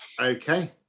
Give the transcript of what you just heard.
okay